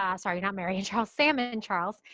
ah sorry, not mary and charles, sam ah and charles.